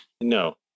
No